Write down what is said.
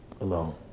alone